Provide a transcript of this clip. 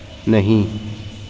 نہیں